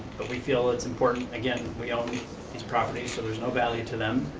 but we feel it's important, again, we own these properties, so there's no value to them,